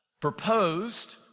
proposed